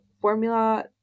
formula